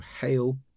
hail